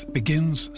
begins